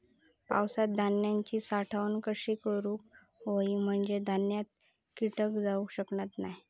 पावसात धान्यांची साठवण कशी करूक होई म्हंजे धान्यात कीटक जाउचे नाय?